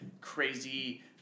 crazy